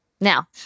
Now